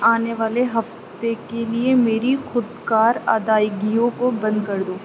آنے والے ہفتے کے لیے میری خود کار ادائیگیوں کو بند کر دو